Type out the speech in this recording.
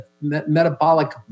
metabolic